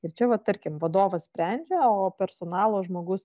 ir čia va tarkim vadovas sprendžia o personalo žmogus